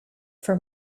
for